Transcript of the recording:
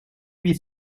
huit